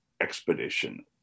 expedition